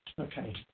Okay